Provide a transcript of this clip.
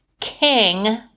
King